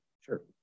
Sure